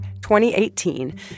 2018